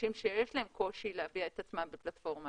אנשים שיש להם קושי להביע את עצמם בפלטפורמה